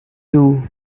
two